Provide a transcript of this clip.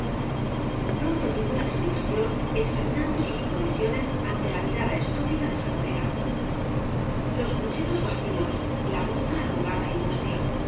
pronto tuvo la explicación examinando bus provisiones ante la mirada estúpida de sangonera log pucheros vacíos la bota arrugada y mustiaj